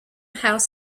house